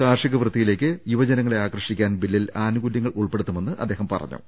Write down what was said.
കാർഷികവൃത്തിയിലേക്ക് യുവജനങ്ങളെ ആകർഷിക്കാൻ ബില്ലിൽ ആനുകൂല്യങ്ങൾ ഉൾപ്പെടുത്തുമെന്ന് അദ്ദേഹം പറഞ്ഞു